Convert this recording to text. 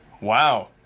Wow